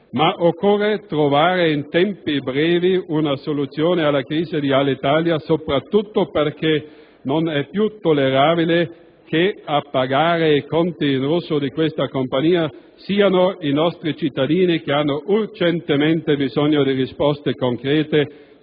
Ma occorre trovare in tempi brevi una soluzione alla crisi di Alitalia, soprattutto perché non è più tollerabile che a pagare i conti in rosso di questa compagnia siano i nostri cittadini, che hanno urgentemente bisogno di risposte concrete